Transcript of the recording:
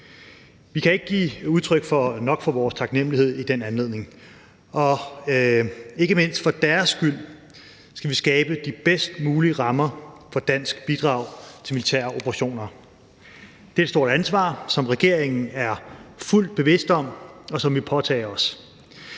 Vi kan ikke give nok udtryk for vores taknemlighed i den anledning. Ikke mindst for deres skyld skal vi skabe de bedst mulige rammer for dansk bidrag til militære operationer. Det er et stort ansvar, som regeringen er fuldt ud bevidst om, og som vi påtager os.